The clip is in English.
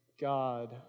God